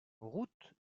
route